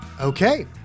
Okay